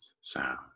sound